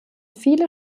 viele